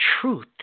truth